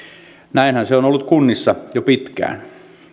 näinhän se on on ollut kunnissa jo pitkään